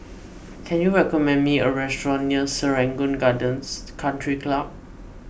can you recommend me a restaurant near Serangoon Gardens Country Club